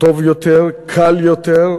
טוב יותר, קל יותר,